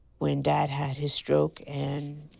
when dad had his stroke, and.